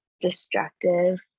destructive